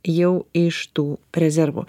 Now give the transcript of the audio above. jau iš tų rezervų